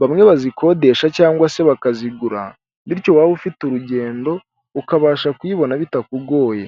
bamwe bazikodesha cyangwa se bakazigura, bityo waba ufite urugendo ukabasha kuyibona bitakugoye.